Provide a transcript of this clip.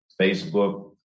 Facebook